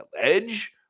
edge